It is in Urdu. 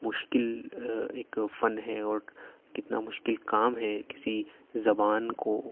مشکل ایک فن ہے اور کتنا مشکل کام ہے کسی زبان کو